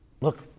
Look